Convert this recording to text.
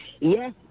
Yes